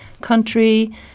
country